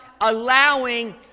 allowing